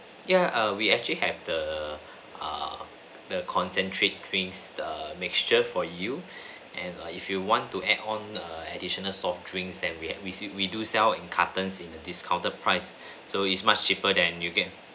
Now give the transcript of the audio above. ya err we actually have the err the concentrate drinks the mixture for you and err if you want to add on err additional soft drinks than we had we see we do sell in cartons in a discounted price so is much cheaper than you can